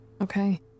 Okay